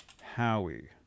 Howie